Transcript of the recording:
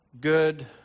Good